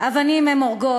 אבנים הורגות.